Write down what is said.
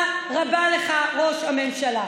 תודה רבה לך, ראש הממשלה.